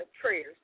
prayers